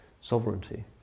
sovereignty